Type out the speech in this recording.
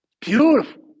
Beautiful